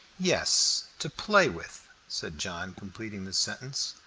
yes, to play with, said john, completing the sentence.